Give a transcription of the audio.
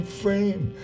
frame